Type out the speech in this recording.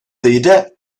jde